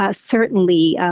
ah certainly, ah